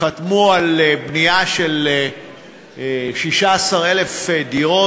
חתמו על בנייה של 16,000 דירות,